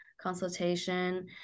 consultation